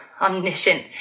omniscient